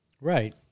right